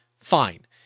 fine